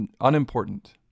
unimportant